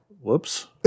whoops